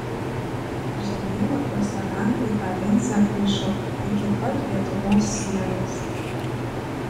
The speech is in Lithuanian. žemėlapiuose lenkai tą linzę paišo iki pat lietuvos sienos